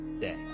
day